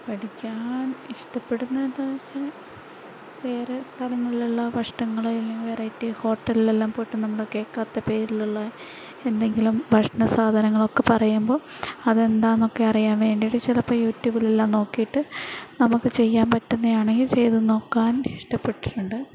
പഠിക്കാൻ ഇഷ്ടപ്പെടുന്നത് എന്താണെന്നു ചോദിച്ചാൽ വേറെ സ്ഥലങ്ങളിലുള്ള ഭക്ഷണങ്ങൾ അല്ലെങ്കിൽ വെറൈറ്റി ഹോട്ടലിലെല്ലാം പോയിട്ട് നമ്മൾ കേൾക്കാത്ത പേരിലുള്ള എന്തെങ്കിലും ഭക്ഷണ സാധനങ്ങളൊക്കെ പറയുമ്പോൾ അതെന്താണെന്നൊക്കെ അറിയാൻ വേണ്ടിയിട്ട് ചിലപ്പോൾ യൂട്യൂബിലെല്ലാം നോക്കിയിട്ട് നമുക്ക് ചെയ്യാൻ പറ്റുന്നതാണെങ്കിൽ ചെയ്തു നോക്കാൻ ഇഷ്ടപ്പെട്ടിട്ടുണ്ട്